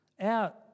out